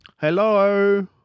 Hello